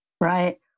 Right